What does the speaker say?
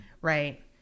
right